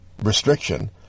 restriction